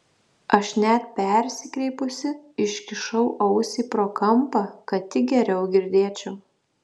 aš net persikreipusi iškišau ausį pro kampą kad tik geriau girdėčiau